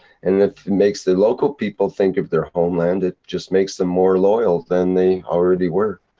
and if it makes the local people think of their homeland, it just makes them more loyal than they already were.